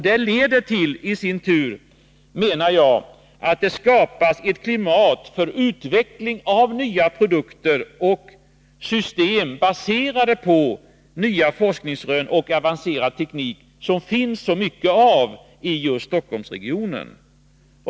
Detta leder i sin tur till att det skapas ett klimat för utveckling av nya produkter och system, baserade på nya forskningsrön och avancerad teknik, som det finns mycket av just i Stockholmsregionen.